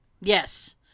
Yes